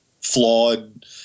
flawed